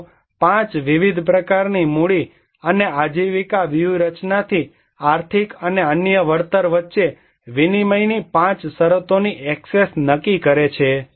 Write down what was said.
તેઓ 5 વિવિધ પ્રકારની મૂડી અને આજીવિકા વ્યૂહરચનાથી આર્થિક અને અન્ય વળતર વચ્ચે વિનિમયની 5 શરતોની એક્સેસ નક્કી કરે છે